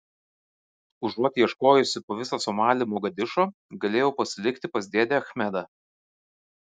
užuot ieškojusi po visą somalį mogadišo galėjau pasilikti pas dėdę achmedą